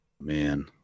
Man